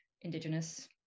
Indigenous